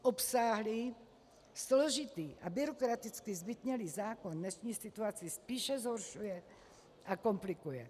Obsáhlý, složitý a byrokraticky zbytnělý zákon dnešní situaci spíše zhoršuje a komplikuje.